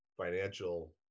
financial